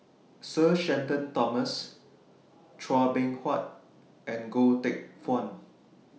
Sir Shenton Thomas Chua Beng Huat and Goh Teck Phuan